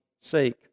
sake